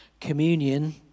communion